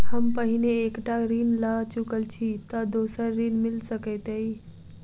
हम पहिने एक टा ऋण लअ चुकल छी तऽ दोसर ऋण मिल सकैत अई?